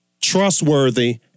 trustworthy